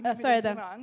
further